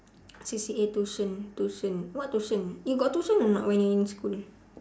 C_C_A tuition tuition what tuition you got tuition or not when you in school